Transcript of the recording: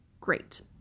Great